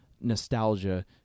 nostalgia